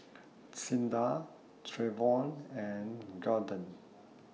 Cinda Trayvon and Garden